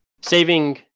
saving